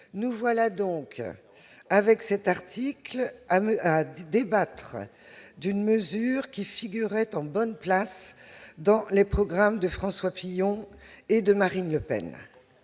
nous en sommes donc à débattre d'une mesure qui figurait en bonne place dans les programmes de François Fillon et de Marine Le Pen